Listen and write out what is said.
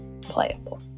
playable